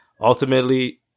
ultimately